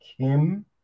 Kim